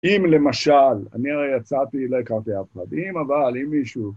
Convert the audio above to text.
אם למשל, אני יצאתי, לא הכנתי אף אחד, אם אבל, אם מישהו...